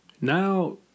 now